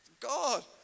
God